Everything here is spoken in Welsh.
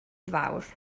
fawr